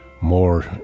more